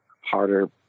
harder